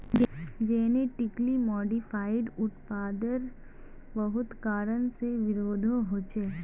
genetically modified उत्पादेर बहुत कारण से विरोधो होछे